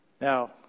Now